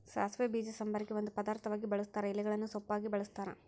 ಸಾಸಿವೆ ಬೀಜ ಸಾಂಬಾರಿಗೆ ಒಂದು ಪದಾರ್ಥವಾಗಿ ಬಳುಸ್ತಾರ ಎಲೆಗಳನ್ನು ಸೊಪ್ಪಾಗಿ ಬಳಸ್ತಾರ